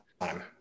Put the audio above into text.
time